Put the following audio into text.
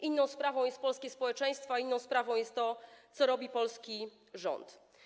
Inną sprawą jest polskie społeczeństwo, a inną sprawą jest to, co robi polski rząd.